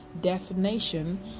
definition